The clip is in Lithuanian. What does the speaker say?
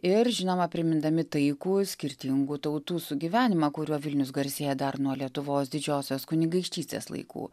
ir žinoma primindami taikų skirtingų tautų sugyvenimą kuriuo vilnius garsėja dar nuo lietuvos didžiosios kunigaikštystės laikų